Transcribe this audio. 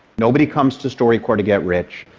nobody comes to storycorps to get rich.